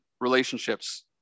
relationships